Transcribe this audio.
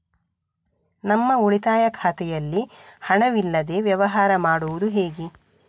ನಮ್ಮ ಉಳಿತಾಯ ಖಾತೆಯಲ್ಲಿ ಹಣವಿಲ್ಲದೇ ವ್ಯವಹಾರ ಮಾಡುವುದು ಹೇಗೆ?